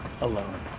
alone